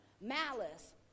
malice